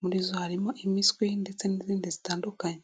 Muri zo harimo impiswi ndetse n'izindi zitandukanye.